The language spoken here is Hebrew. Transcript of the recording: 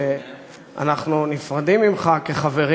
שאנחנו נפרדים ממך כחברים.